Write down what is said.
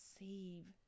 receive